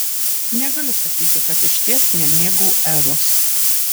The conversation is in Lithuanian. negaliu sakyti kad išties nemėgau evos